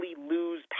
lose